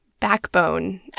backbone